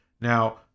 Now